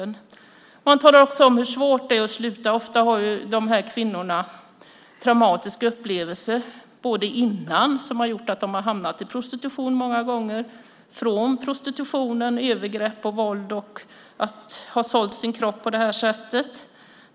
Kvinnorna talar också om hur svårt det är att sluta med prostitutionen. Dessa kvinnor har ofta haft traumatiska upplevelser tidigare som har gjort att de många gånger har hamnat i prostitution. De har också upplevt övergrepp och våld när de har sålt sin kropp på detta sätt.